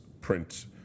print